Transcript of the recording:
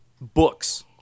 books